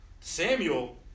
Samuel